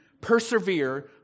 Persevere